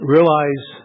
Realize